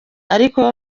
ariko